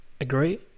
Agree